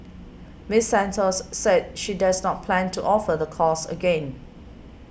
Miss Santos said she does not plan to offer the course again